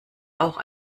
auch